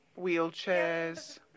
wheelchairs